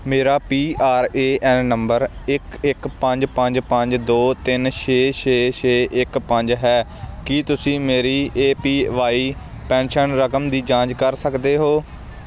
ਮੇਰਾ P R A N ਨੰਬਰ ਇੱਕ ਇੱਕ ਪੰਜ ਪੰਜ ਪੰਜ ਦੋ ਤਿੰਨ ਛੇ ਛੇ ਛੇ ਇੱਕ ਪੰਜ ਹੈ ਕੀ ਤੁਸੀਂ ਮੇਰੀ ਏ ਪੀ ਵਾਏ ਪੈਨਸ਼ਨ ਰਕਮ ਦੀ ਜਾਂਚ ਕਰ ਸਕਦੇ ਹੋ